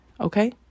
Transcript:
Okay